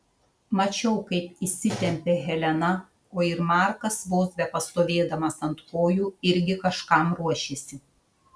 mačiau kaip įsitempė helena o ir markas vos bepastovėdamas ant kojų irgi kažkam ruošėsi